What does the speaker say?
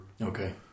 Okay